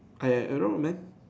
I I don't know man